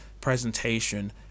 presentation